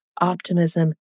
optimism